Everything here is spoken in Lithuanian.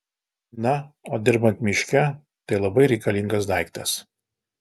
na o dirbant miške tai labai reikalingas daiktas